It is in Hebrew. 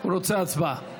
הוא רוצה הצבעה.